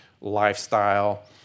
lifestyle